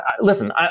listen